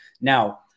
Now